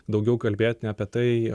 daugiau kalbėt ne apie tai